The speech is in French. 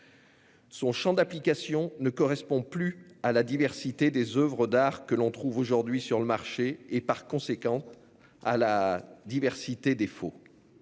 Son champ d'application ne correspond plus à la diversité des oeuvres d'art que l'on trouve aujourd'hui sur le marché et, par conséquent, à la diversité des faux.